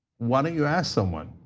why don't you ask someone?